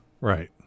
Right